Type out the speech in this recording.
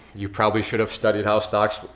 you probably should have studied how stocks,